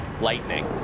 lightning